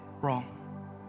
wrong